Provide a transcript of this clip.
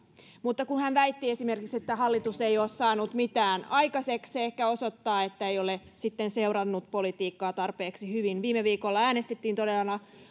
kun hän väitti esimerkiksi että hallitus ei ole saanut mitään aikaiseksi se ehkä osoittaa että ei ole sitten seurannut politiikkaa tarpeeksi hyvin viime viikolla äänestettiin todella